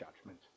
judgment